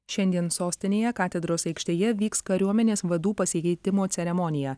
šiandien sostinėje katedros aikštėje vyks kariuomenės vadų pasikeitimo ceremonija